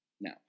Now